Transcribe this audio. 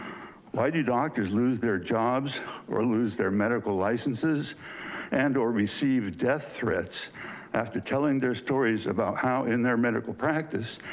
why do doctors lose their jobs or lose their medical licenses and or received death threats after telling their stories about how in their medical practice,